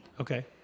Okay